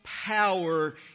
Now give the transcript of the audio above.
Power